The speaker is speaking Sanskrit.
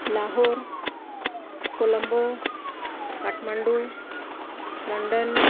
लाहोर् कोलम्बो काट्मण्डु लण्डन्